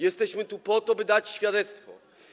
Jesteśmy tu po to, by dać świadectwo.